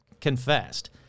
confessed